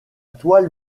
toile